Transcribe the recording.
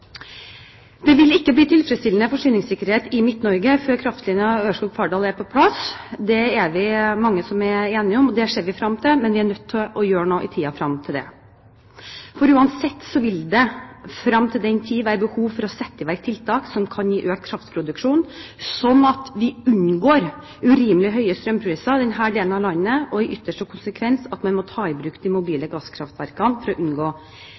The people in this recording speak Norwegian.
Det vil ikke bli tilfredsstillende forsyningssikkerhet i Midt-Norge før kraftlinjen Ørskog–Fardal er på plass. Det er vi mange som er enige om, og det ser vi frem til, men vi er nødt til å gjøre noe i tiden frem til det. For uansett vil det frem til den tid være behov for å sette i verk tiltak som kan gi økt kraftproduksjon, slik at vi unngår urimelig høye strømpriser i denne delen av landet, og i ytterste konsekvens at man må ta i bruk de mobile gasskraftverkene for å unngå